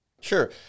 Sure